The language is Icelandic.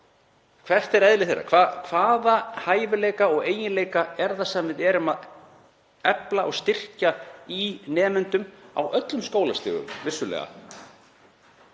hvert eðli þeirra er. Hvaða hæfileikar og eiginleikar eru það sem við erum að efla og styrkja í nemendum, á öllum skólastigum vissulega,